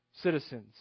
citizens